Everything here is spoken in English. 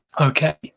Okay